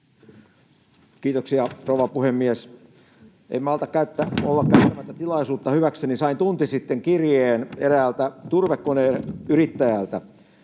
Kiitoksia, rouva puhemies! En malta olla käyttämättä tilaisuutta hyväkseni: Sain tunti sitten kirjeen eräältä turvekoneyrittäjältä.